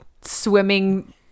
swimming